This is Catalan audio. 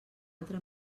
altra